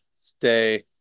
Stay